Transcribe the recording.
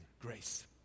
grace